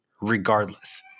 regardless